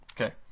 Okay